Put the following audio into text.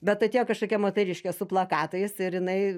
bet atėjo kažkokia moteriškė su plakatais ir jinai